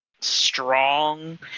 strong